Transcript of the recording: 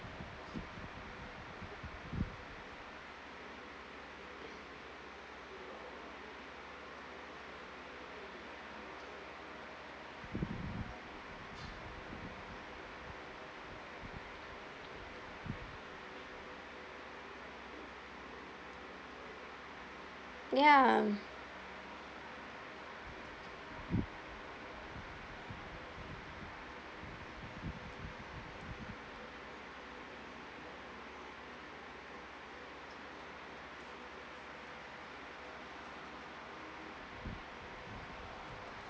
ya